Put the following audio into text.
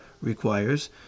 requires